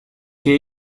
que